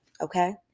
okay